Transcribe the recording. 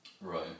Right